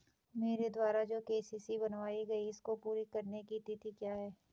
मेरे द्वारा जो के.सी.सी बनवायी गयी है इसको पूरी करने की तिथि क्या है?